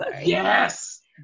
Yes